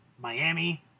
Miami